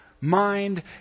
mind